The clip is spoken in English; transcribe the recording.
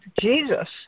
Jesus